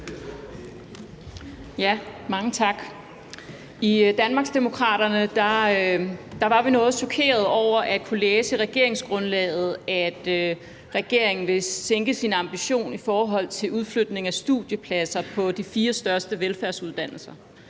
Mange tak. I Danmarksdemokraterne var vi noget chokerede over at kunne læse i regeringsgrundlaget, at regeringen vil sænke sin ambition i forhold til udflytning af studiepladser på de fire største velfærdsuddannelser.